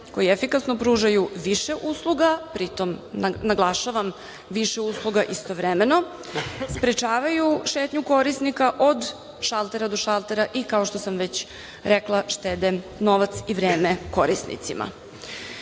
koji efikasno pružaju više usluga, pri tom, naglašavam, više usluga istovremeno, sprečavaju šetnju korisnika od šaltera do šaltera i, kao što sam već rekla, štede novac i vreme korisnicima. Dodatno